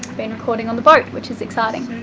been recording on the boat, which is exciting.